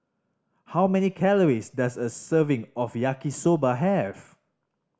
how many calories does a serving of Yaki Soba have